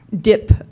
dip